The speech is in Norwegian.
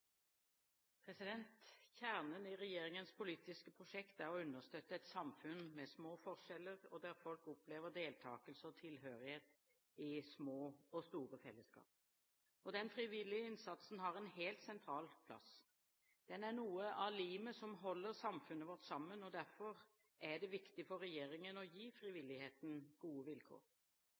å understøtte et samfunn med små forskjeller, der folk opplever deltakelse og tilhørighet i små og store fellesskap. Den frivillige innsatsen har en helt sentral plass. Den er noe av limet som holder samfunnet vårt sammen. Derfor er det viktig for regjeringen å gi frivilligheten gode vilkår.